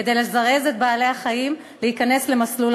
כדי לזרז את בעלי-החיים להיכנס למסלול